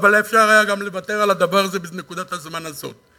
אבל אפשר היה גם לוותר על הדבר הזה בנקודת הזמן הזאת.